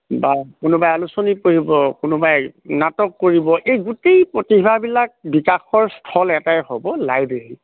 বা কোনোবাই আলোচনী কৰিব কোনোবাই নাটক কৰিব এই গোটেই প্ৰতিভাবিলাক বিকাশৰ স্থল এটাই হ'ব লাইব্ৰেৰী